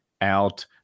out